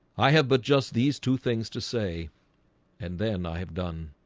i have but just these two things to say and then i have done